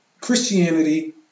Christianity